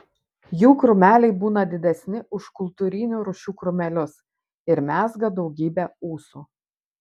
jų krūmeliai būna didesni už kultūrinių rūšių krūmelius ir mezga daugybę ūsų